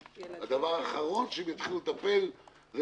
הדבר האחרון שהמשפחה תתחיל לטפל בו זה